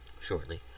shortly